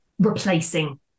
replacing